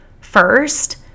First